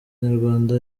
nyarwanda